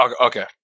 Okay